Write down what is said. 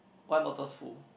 wine bottle's full